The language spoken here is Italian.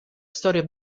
storia